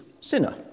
sinner